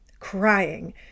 crying